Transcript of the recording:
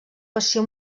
passió